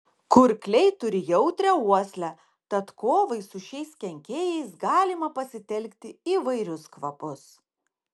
kurkliai turi jautrią uoslę tad kovai su šiais kenkėjais galima pasitelkti įvairius kvapus